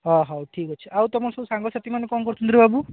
ହଁ ହଉ ଠିକ୍ ଅଛି ଆଉ ତୁମର ସବୁ ସାଙ୍ଗସାଥି ମାନେ କ'ଣ କରୁଛନ୍ତିରେ ବାବୁ